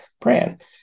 brand